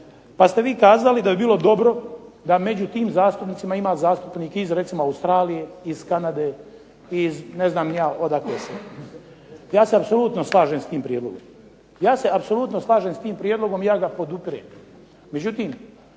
Pa ste vi kazali da bi bilo dobro da među tim zastupnicima ima zastupnik iz recimo Australije, iz Kanade, iz ne znam ni ja odakle sve. Ja se apsolutno slažem s tim prijedlogom i ja ga podupirem.